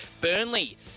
Burnley